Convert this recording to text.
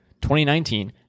2019